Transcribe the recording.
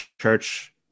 church